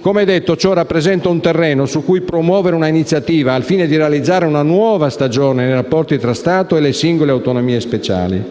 Come detto, ciò rappresenta un terreno su cui promuovere una iniziativa al fine di realizzare una nuova stagione nei rapporti tra Stato e le singole autonomie speciali.